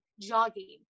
jogging